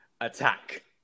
Attack